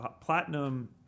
Platinum